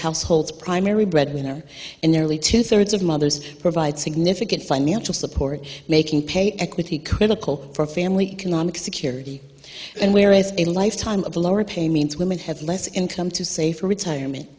households primary breadwinner and nearly two thirds of mothers provide significant financial support making pay equity critical for family canonic security and whereas a lifetime of lower pay means women have less income to save for retirement